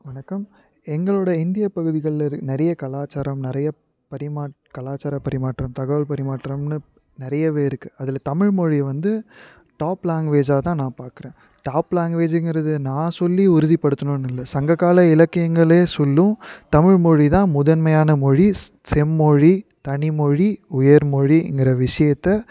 வணக்கம் எங்களோட இந்திய பகுதிகளில் நிறைய கலாச்சாரம் நிறைய பரிமா கலாச்சார பரிமாற்றம் தகவல் பரிமாற்றம்ன்னு நிறையவே இருக்கு அதில் தமிழ்மொழி வந்து டாப் லேங்குவேஜாக தான் நான் பார்க்கறேன் டாப் லேங்குவேஜிங்கிறது நான் சொல்லி உறுதிப்படுத்தணுன்னு இல்லை சங்ககால இலக்கியங்களே சொல்லும் தமிழ்மொழி தான் முதன்மையான மொழி ஸ் செம்மொழி தனிமொழி உயர்மொழிங்கிற விஷயத்தை